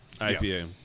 IPA